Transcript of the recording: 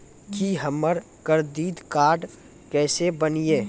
की हमर credit card केसे बनिये?